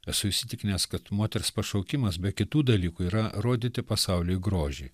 esu įsitikinęs kad moters pašaukimas be kitų dalykų yra rodyti pasauliui grožį